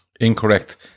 Incorrect